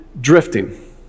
drifting